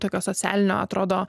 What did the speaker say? tokio socialinio atrodo